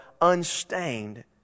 unstained